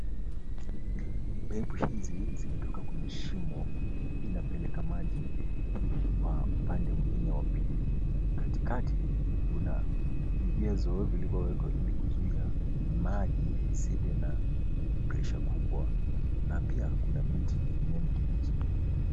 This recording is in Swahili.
(cs)Pipe(cs) hizi zimetoka kwenye shimo inapeleka maji kwa upande mwingine wa pili. Katikati kuna vigezo vilivyowekwa ili kuzuia maji isiwe na pressure kubwa na pia kuna miti ya kijani kibichi.